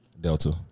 Delta